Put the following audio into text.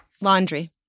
laundry